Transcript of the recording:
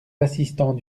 assistants